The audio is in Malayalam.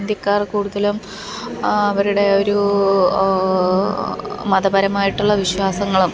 ഇന്ത്യക്കാർ കൂടുതലും അവരുടെ ഒരു മതപരമായിട്ടുള്ള വിശ്വാസങ്ങളും